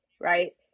right